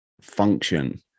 function